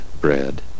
bread